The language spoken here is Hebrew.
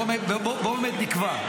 בוא באמת נקבע,